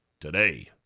today